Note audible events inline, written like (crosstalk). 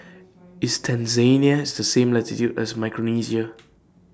IS Tanzania The same latitude as Micronesia (noise)